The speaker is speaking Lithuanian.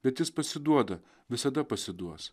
bet jis pasiduoda visada pasiduos